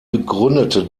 begründete